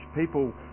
People